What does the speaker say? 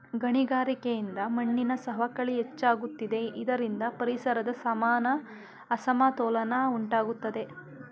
ಗಣಿಗಾರಿಕೆಯಿಂದ ಮಣ್ಣಿನ ಸವಕಳಿ ಹೆಚ್ಚಾಗುತ್ತಿದೆ ಇದರಿಂದ ಪರಿಸರದ ಸಮಾನ ಅಸಮತೋಲನ ಉಂಟಾಗುತ್ತದೆ